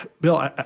Bill